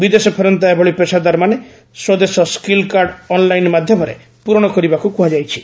ବିଦେଶ ଫେରନ୍ତା ଏଭଳି ପେସାଦାରମାନେ ସ୍ୱଦେଶ ସ୍କିଲକାର୍ଡ ଅନ୍ଲାଇନ୍ ମାଧ୍ୟମରେ ପୂରଣ କରିବାକୁ କୁହାଯାଇଛି